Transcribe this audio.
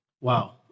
Wow